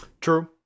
True